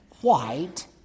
white